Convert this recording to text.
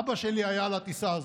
אבא שלי היה על הטיסה הזאת.